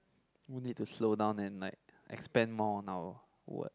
you need to slow down and like expand more on our word